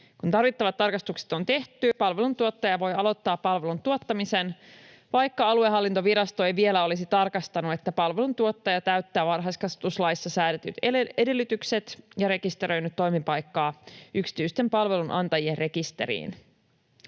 Kun tarvittavat tarkastukset on tehty, palveluntuottaja voi aloittaa palvelun tuottamisen, vaikka aluehallintovirasto ei vielä olisi tarkastanut, että palveluntuottaja täyttää varhaiskasvatuslaissa säädetyt edellytykset ja rekisteröinyt toimipaikkaa yksityisten palvelunantajien rekisteriin.